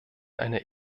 eine